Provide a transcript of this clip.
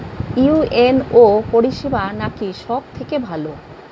UNO পরিসেবা নাকি সব থেকে ভালো?